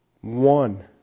One